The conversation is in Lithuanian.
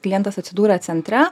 klientas atsidūrė centre